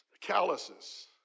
calluses